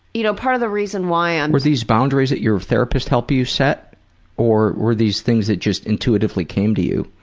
you know part of the reason why paul ah were these boundaries that your therapist help you set or were these things that just intuitively came to you?